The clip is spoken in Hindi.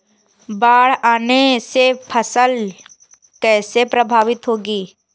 बाढ़ आने से फसल कैसे प्रभावित होगी?